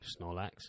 Snorlax